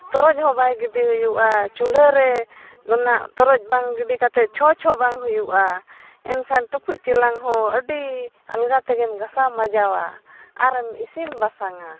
ᱛᱚᱨᱚᱡᱼᱦᱚᱸ ᱵᱟᱭ ᱜᱤᱰᱤ ᱦᱩᱭᱩᱜᱼᱟ ᱪᱩᱞᱦᱟᱹ ᱨᱮᱱᱟᱜ ᱛᱚᱨᱚᱪ ᱵᱟᱝ ᱜᱤᱰᱤ ᱠᱟᱛᱮᱫ ᱪᱷᱚᱸᱪ ᱦᱚᱸ ᱵᱟᱝ ᱦᱩᱭᱩᱜᱼᱟ ᱮᱱᱠᱷᱟᱱ ᱴᱩᱠᱪ ᱪᱮᱞᱟᱝᱼᱦᱚᱸ ᱟᱹᱰᱤ ᱟᱞᱜᱟ ᱛᱮᱜᱮᱢ ᱜᱷᱟᱥᱟᱣ ᱢᱟᱸᱡᱟᱣᱟ ᱟᱨᱮᱢ ᱤᱥᱤᱱ ᱵᱟᱥᱟᱝᱼᱟ